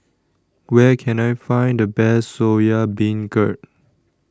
Where Can I Find The Best Soya Beancurd